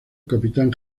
capitán